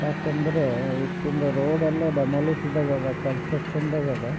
ಏಕೆಂದ್ರೆ ಈಗ ತುಂಬ ರೋಡೆಲ್ಲ ಡೆಮೊಲಿಶ್ದಾಗದ ಕನ್ಸ್ಟ್ರಕ್ಷನ್ದಾಗದ